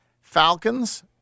Falcons